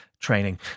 training